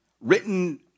written